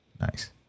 nice